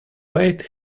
wait